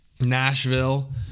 Nashville